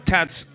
Tats